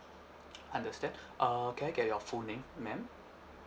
understand uh can I get your full name madam